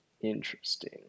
interesting